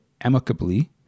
amicably